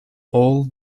old